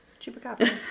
chupacabra